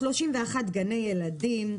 31 גני ילדים,